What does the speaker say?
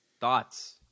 thoughts